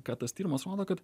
ką tas tyrimas rodo kad